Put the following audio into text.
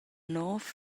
nov